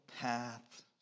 path